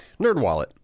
NerdWallet